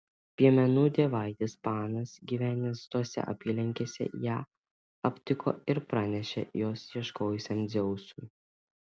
piemenų dievaitis panas gyvenęs tose apylinkėse ją aptiko ir pranešė jos ieškojusiam dzeusui